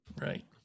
right